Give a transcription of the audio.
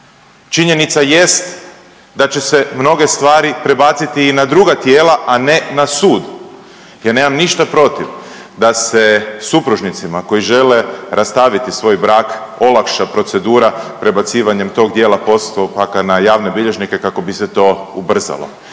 Činjenica jest da će se mnoge stvari prebaciti i na druga tijela, a ne na sud. Ja nemam ništa protiv da se supružnicima koji žele rastaviti svoj brak olakša procedura prebacivanjem tog dijela postupaka na javne bilježnike kako bi se to ubrzalo,